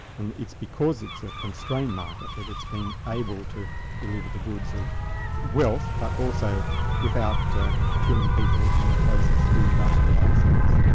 and it's because it's a contained market that it's been able to deliver the goods of wealth, but also without killing people in the process through industrial accidents.